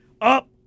Up